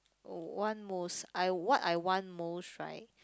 oh want most I what I want most right